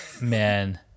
man